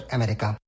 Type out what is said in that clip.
America